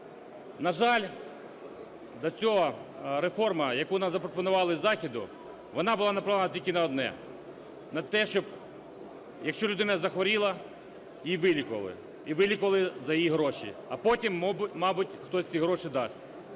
На жаль, до цього реформа, яку нам запропонували з заходу, вона буда направлена тільки на одне – на те, щоб якщо людина захворіла, її вилікували і вилікували за її гроші, а потім, мабуть, хтось ці гроші дасть.